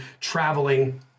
traveling